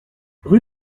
rue